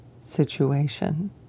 situation